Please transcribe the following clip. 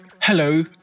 Hello